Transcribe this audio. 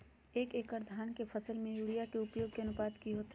एक एकड़ धान के फसल में यूरिया के उपयोग के अनुपात की होतय?